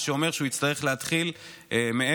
מה שאומר שהוא יצטרך להתחיל מאפס,